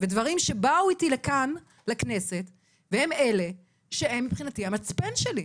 דברים שבאו איתי לכאן לכנסת והם אלה שהם מבחינתי המצפן שלי.